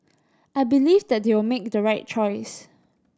I believe that they will make the right choice